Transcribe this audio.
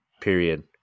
period